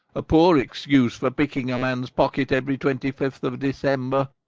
a poor excuse for picking a man's pocket every twenty-fifth of december!